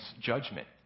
judgment